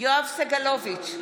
יואב סגלוביץ'